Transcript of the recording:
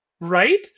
Right